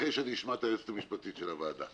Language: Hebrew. אחרי שאני אשמע את היועצת המשפטית של הוועדה.